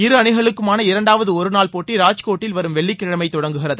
இரு அணிகளுக்குமான இரண்டாவது ஒருநாள் போட்டி ராஜ்கோட்டில் வரும் வெள்ளிக் கிழமை தொடங்குகிறது